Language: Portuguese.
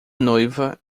noiva